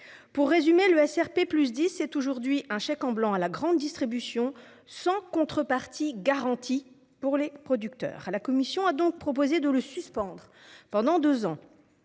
Pour résumer, le SRP+10 est aujourd'hui un chèque en blanc à la grande distribution, sans contrepartie garantie pour les producteurs. La commission a donc proposé de le suspendre pendant deux ans,